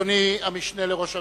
אדוני המשנה לראש הממשלה,